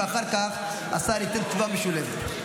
ואחר כך השר ייתן תשובה משולבת.